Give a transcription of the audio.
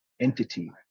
entity